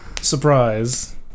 Surprise